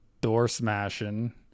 door-smashing